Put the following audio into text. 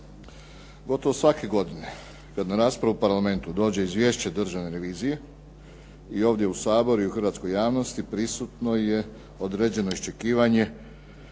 Gotovo svake godine kad na raspravu u Parlamentu dođe izvješće Državne revizije i ovdje u Sabor i u hrvatskoj javnosti prisutno je određeno iščekivanje